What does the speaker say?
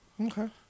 Okay